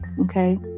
okay